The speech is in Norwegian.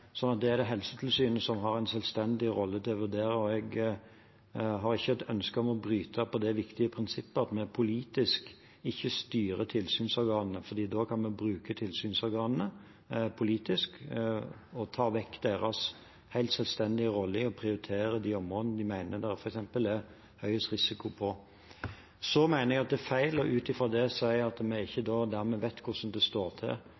Helsetilsynet som har en selvstendig rolle i å vurdere det. Jeg har ikke et ønske om å bryte med det viktige prinsippet at vi politisk ikke styrer tilsynsorganene, for da kan vi bruke tilsynsorganene politisk og ta vekk deres helt selvstendige rolle i å prioritere de områdene der de f.eks. mener det er høyest risiko. Så mener jeg at det er feil ut fra det å si at vi dermed ikke vet hvordan det står til